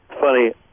funny